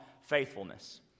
faithfulness